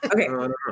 Okay